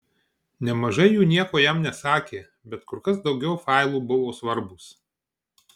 nemažai jų nieko jam nesakė bet kur kas daugiau failų buvo svarbūs